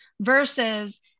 versus